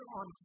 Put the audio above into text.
on